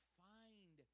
find